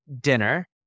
dinner